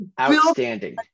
Outstanding